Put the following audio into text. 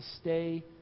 stay